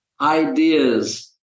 ideas